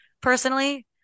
personally